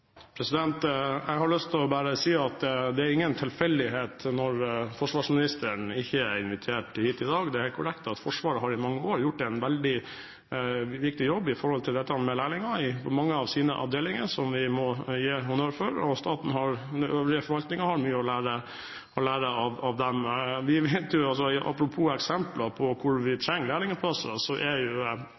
nøye. Jeg har bare lyst til å si at det ikke er noen tilfeldighet at forsvarsministeren ikke er invitert hit i dag. Det er korrekt at Forsvaret i mange år har gjort en veldig viktig jobb med hensyn til å ha lærlinger i mange av sine avdelinger, og det må vi gi dem honnør for. Den øvrige forvaltningen har mye å lære av dem. Apropos eksempler på hvor vi trenger lærlingplasser: Kokkefaget er jo